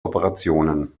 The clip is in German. operationen